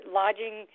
lodging